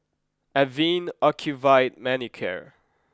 Avene Ocuvite Manicare